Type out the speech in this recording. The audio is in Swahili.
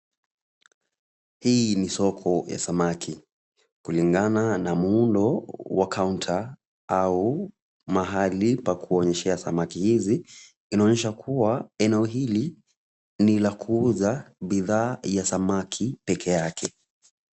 Hii ni soko ya samaki. Kulingana na muundo wa kaunta au mahali pa kuonyeshea samaki hizi, inaonyesha kuwa eneo hili ni la kuuza bidhaa ya samaki peke yake.